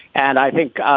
and i think,